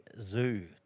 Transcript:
Zoo